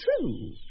true